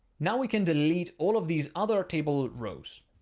now we can delete all of these other table rows.